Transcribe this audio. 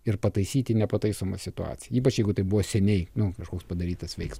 ir pataisyti nepataisomą situaciją ypač jeigu tai buvo seniai nu kažkoks padarytas veismas